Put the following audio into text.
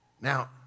Now